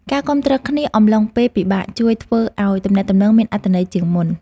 ការគាំទ្រគ្នាអំឡុងពេលពិបាកជួយធ្វើឱ្យទំនាក់ទំនងមានអត្ថន័យជាងមុន។